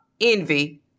envy